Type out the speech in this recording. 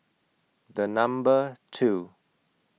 The Number two